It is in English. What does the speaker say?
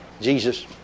Jesus